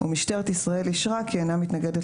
ומשטרת ישראל אישרה כי אינה מתנגדת